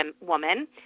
woman